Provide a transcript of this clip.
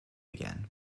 again